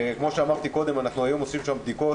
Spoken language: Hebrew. כפי שאמרתי קודם, אנחנו היום עורכים שם בדיקות,